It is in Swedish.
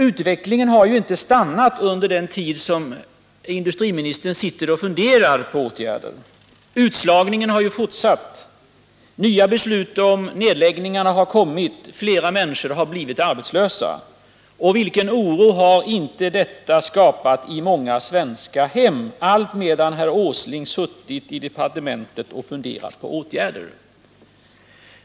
Utvecklingen har ju inte stannat under den tid industriministern suttit och jagningen har fortsatt. Nya beslut om nedläggning funderat på åtgärder. Uts ar har kommit, flera människot har blivit arbetslösa. Vilken oro har inte detta skapat i många svenska hem — allt medan herr Asling suttit i departementet och funderat på åtgärder.